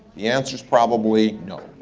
the answer's probably no.